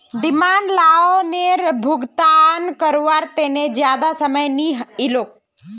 demand लोअनेर भुगतान कारवार तने ज्यादा समय नि इलोह